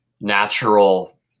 natural